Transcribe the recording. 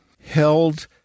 held